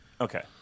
Okay